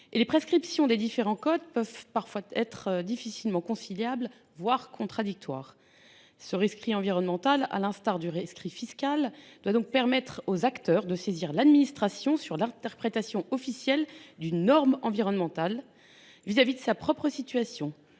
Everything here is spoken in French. les prescriptions des différents codes peuvent parfois être difficilement conciliables, voire contradictoires. Ce rescrit environnemental, à l’instar du rescrit fiscal, doit permettre aux acteurs de saisir l’administration sur l’interprétation officielle d’une norme environnementale vis à vis de leur propre situation,